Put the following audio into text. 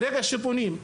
ברגע שבונים הגדרה,